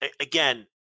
again